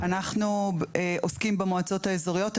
אנחנו עוסקים במועצות האזוריות,